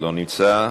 לא נמצא,